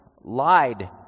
lied